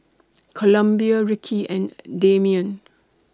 Columbia Rickie and Dameon